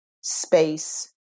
space